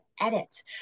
edit